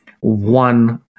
one